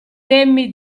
temi